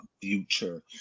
future